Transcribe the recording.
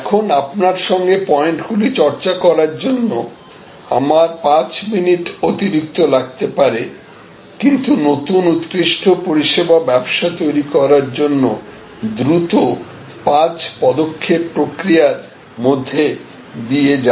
এখন আপনার সঙ্গে পয়েন্টগুলি চর্চা করার জন্য আমার 5 মিনিট অতিরিক্ত লাগতে পারে কিন্তু নতুন উৎকৃষ্ট পরিষেবা ব্যবসা তৈরি করার জন্য দ্রুত 5 পদক্ষেপ প্রক্রিয়ার মধ্যে দিয়ে যাব